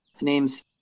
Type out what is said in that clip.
name's